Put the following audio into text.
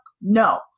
no